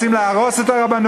והם רוצים להרוס את הרבנות,